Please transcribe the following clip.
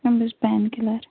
PAN killer